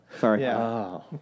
Sorry